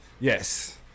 Yes